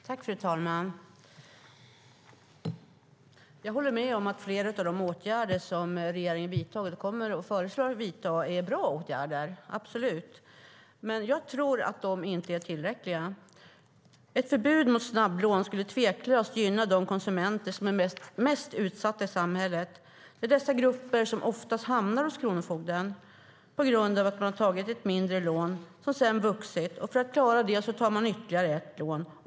Fru talman! Jag håller med om att flera av de åtgärder som regeringen har vidtagit och kommer att föreslå absolut är bra åtgärder. Jag tror dock inte att de är tillräckliga. Ett förbud mot snabblån skulle tveklöst gynna de konsumenter som är mest utsatta i samhället. Det är dessa grupper som oftast hamnar hos kronofogden på grund av att man tagit ett mindre lån som sedan har vuxit, och för att klara det tar man ytterligare ett lån.